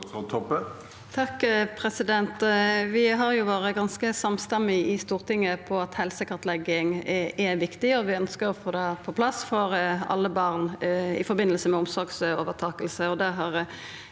Toppe Vi har vore gans- ke samstemde i Stortinget på at helsekartlegging er viktig, og vi ønskjer å få det på plass for alle barn i forbindelse med omsorgsovertaking.